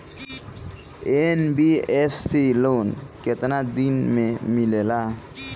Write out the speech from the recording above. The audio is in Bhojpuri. एन.बी.एफ.सी लोन केतना दिन मे मिलेला?